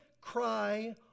cry